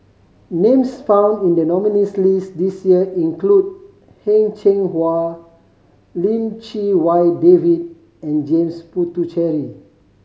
names found in the nominees' list this year include Heng Cheng Hwa Lim Chee Wai David and James Puthucheary